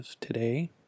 today